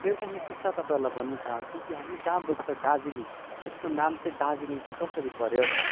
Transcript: र एउटा म किस्सा तपाईँहरूलाई भन्नु चाहन्छु कि हामी जाहाँ बस्छ दार्जिलिङ यसको नाम चाहिँ दार्जिलिङ चाहिँ कसरी पऱ्यो भन्दा